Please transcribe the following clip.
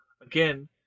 again